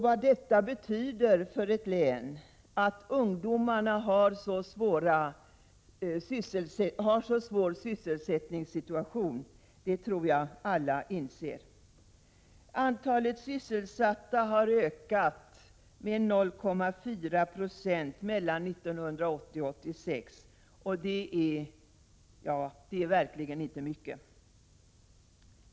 Vad en svår sysselsättningssituation för ungdomarna betyder för ett län tror jag att alla förstår. Antalet sysselsatta har ökat med 0,4 90 mellan 1980 och 1986, vilket verkligen inte är mycket.